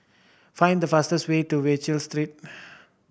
find the fastest way to Wallich Street